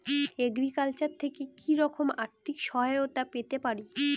Agriculture থেকে কি রকম আর্থিক সহায়তা পেতে পারি?